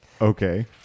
Okay